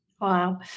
Wow